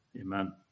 Amen